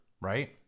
right